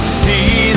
see